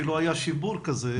שלא היה שיפור כזה,